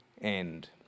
end